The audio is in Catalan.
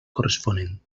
corresponent